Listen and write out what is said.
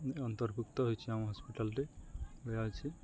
ଅନ୍ତର୍ଭୁକ୍ତ ହୋଇଛିି ଆମ ହସ୍ପିଟାଲ୍ରେ ଏୟା ଅଛି